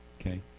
okay